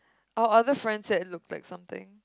our other friend said it looked like something